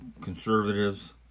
conservatives